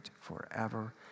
forever